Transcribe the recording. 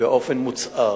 באופן מוצהר,